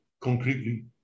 concretely